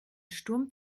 sturm